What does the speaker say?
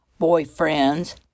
boyfriends